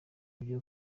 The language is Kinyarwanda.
byo